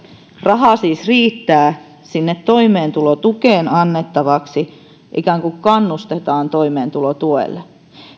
rahaa siis riittää sinne toimeentulotukeen annettavaksi ja ikään kuin kannustetaan toimeentulotuelle te